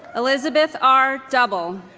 elizabeth r. double